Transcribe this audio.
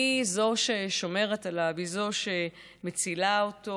היא זו ששומרת עליו, היא זו שמצילה אותו